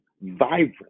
vibrant